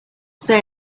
say